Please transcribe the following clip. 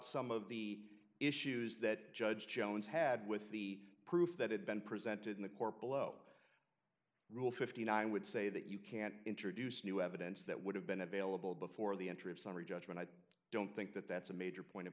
some of the issues that judge jones had with the proof that had been presented in the corp lo rule fifteen i would say that you can't introduce new evidence that would have been available before the entry of summary judgment i don't think that that's a major point of